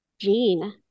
Gene